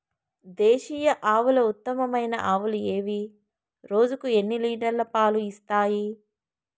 దేశీయ ఆవుల ఉత్తమమైన ఆవులు ఏవి? రోజుకు ఎన్ని లీటర్ల పాలు ఇస్తాయి?